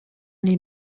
les